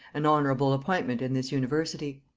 an honorable appointment in this university.